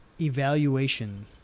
evaluation